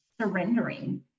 surrendering